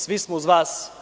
Svi smo uz vas.